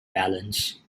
balance